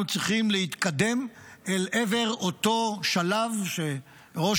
אנחנו צריכים להתקדם אל עבר אותו שלב שראש